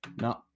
No